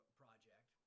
project